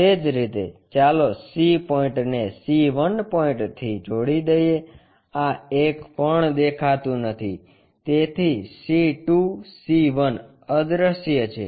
તે જ રીતે ચાલો C પોઇન્ટને C 1 પોઇન્ટથી જોડી દઇએ આ એક પણ દેખાતું નથી તેથી C 2 C 1 અદ્રશ્ય છે